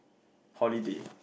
holiday